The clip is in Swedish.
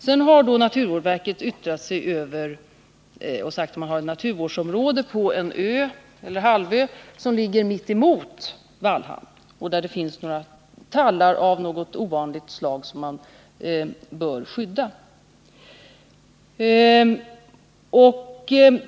Sedan har naturvårdsverket yttrat sig och sagt att man har ett naturvårdsområde på en halvö som ligger mitt emot Vallhamn och där det finns tallar av ovanligt slag som bör skyddas.